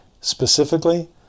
Specifically